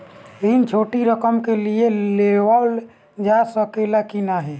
ऋण छोटी रकम के लिए लेवल जा सकेला की नाहीं?